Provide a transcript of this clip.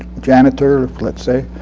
janitor, let's say.